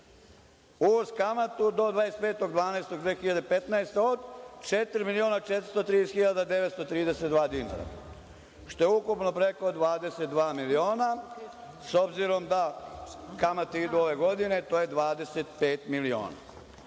uz kamatu do 25.12.2015. godine od 4.430.932 dinara, što je ukupno preko 22 miliona. S obzirom da kamate idu ove godine, to je 25 miliona. Dakle,